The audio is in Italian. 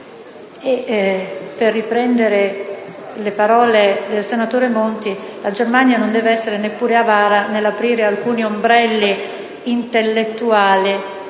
Per riprendere le parole del senatore Monti, la Germania non deve essere neppure avara nell'aprire alcuni ombrelli intellettuali